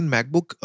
MacBook